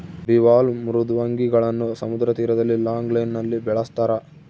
bivalve ಮೃದ್ವಂಗಿಗಳನ್ನು ಸಮುದ್ರ ತೀರದಲ್ಲಿ ಲಾಂಗ್ ಲೈನ್ ನಲ್ಲಿ ಬೆಳಸ್ತರ